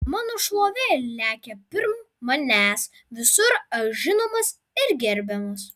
mano šlovė lekia pirm manęs visur aš žinomas ir gerbiamas